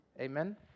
amen